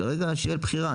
כרגע שתהיה בחירה,